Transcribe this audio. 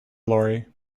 lorry